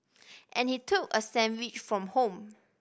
and he took a sandwich from home